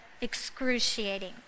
excruciating